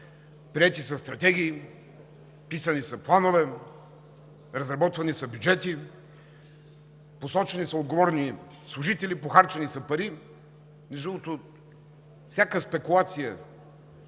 приети са стратегии, писани са планове, разработвани са бюджети, посочвани са отговорни служители, похарчени са пари. Между другото всяка спекулация